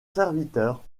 serviteur